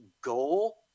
goal